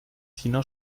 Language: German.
tina